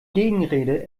gegenrede